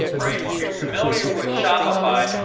right. if you're familiar with shopify,